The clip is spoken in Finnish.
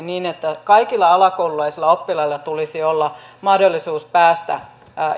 niin että kaikilla alakoululaisilla oppilailla tulisi olla mahdollisuus päästä